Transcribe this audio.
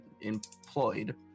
employed